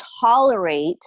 tolerate